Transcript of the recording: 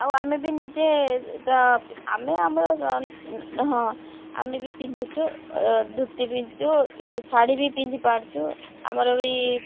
ଆଉ ଆମେ ବି ନିଜେ ଆମେ ଆମର ହଁ ଆମେ ବି ପିନ୍ଧୁଛୁ ଧୋତି ପିନ୍ଧୁଛୁ ଶାଢ଼ୀ ବି ପିନ୍ଧି ପାରୁଛୁ ଆମର ବି